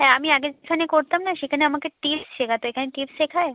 হ্যাঁ আমি আগে যেখানে করতাম না সেখানে আমাকে টিপস শেখাতো এখানে টিপস শেখায়